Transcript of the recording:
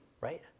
right